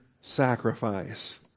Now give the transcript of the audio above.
sacrifice